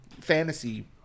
fantasy